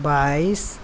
बाइस